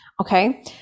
Okay